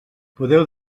podeu